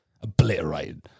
Obliterated